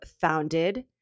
founded